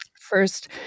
First